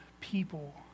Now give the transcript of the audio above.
people